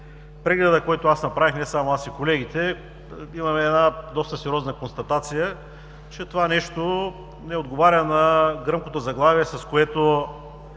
прегледа, който аз направих, не само аз, а и колегите, имаме една доста сериозна констатация, че това нещо не отговаря на гръмкото заглавие, с което